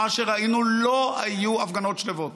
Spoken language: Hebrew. מה שראינו לא היו הפגנות שלוות,